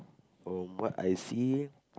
from what I see